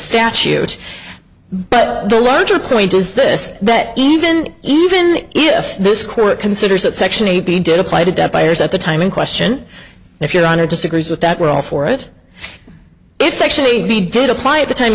statute but the larger point is this that even even if this court considers that section he did apply to death by years at the time in question if your honor disagrees with that we're all for it it's actually he did apply at the time